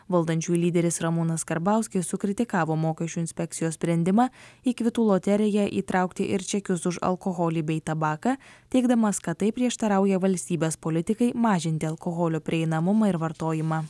valdančiųjų lyderis ramūnas karbauskis sukritikavo mokesčių inspekcijos sprendimą į kvitų loteriją įtraukti ir čekius už alkoholį bei tabaką teigdamas kad tai prieštarauja valstybės politikai mažinti alkoholio prieinamumą ir vartojimą